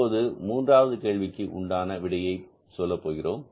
இப்போது மூன்றாவது கேள்விக்கு உண்டான விடையை சொல்ல போகிறோம்